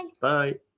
Bye